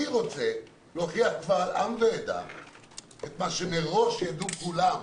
אני רוצה להוכיח קבל עם ועדה את מה שמראש ידעו כולם,